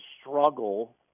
struggle